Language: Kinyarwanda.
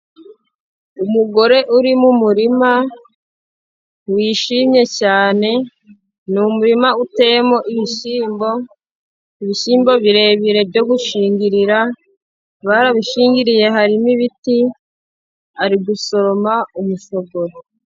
Umugore uri mu murima wishimye cyane, ni umurima uteyemo ibishyimbo, ibishyimbo birebire byo gushingirira, barabishingiriye harimo ibiti, ari gusoroma umushogoro.